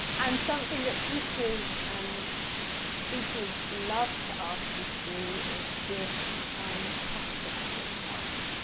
and something that teachers and speakers love to ask you to do is give a fun fact about yourself.